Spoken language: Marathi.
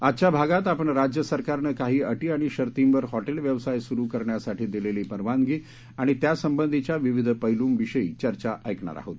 आजच्या भागात आपण राज्य सरकारनं काही अटी आणि शर्तींवर हॉटेल व्यवसाय सुरु करण्यासाठी दिलेली परवानगी आणि त्यासंबंधिष्या विविध पैलुंविषयीची चर्चा ऐकणार आहोत